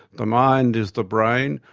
the mind is the brain,